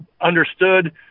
understood